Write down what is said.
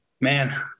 Man